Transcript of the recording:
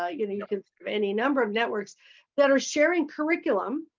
ah yeah any ah kind of any number of networks that are sharing curriculum.